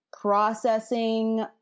processing